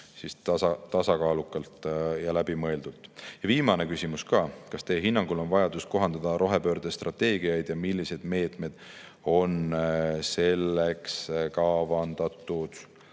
siis tasakaalukalt ja läbimõeldult. Ja viimane küsimus ka: "Kas Teie hinnangul on vajadus kohandada rohepöörde strateegiaid ja millised meetmed on selleks kavandatud?"